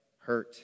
hurt